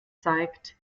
zeigt